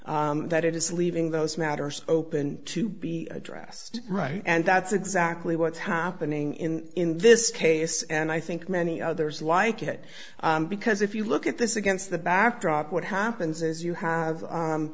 that it is leaving those matters open to be addressed right and that's exactly what's happening in this case and i think many others like it because if you look at this against the backdrop what happens is you have